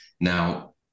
Now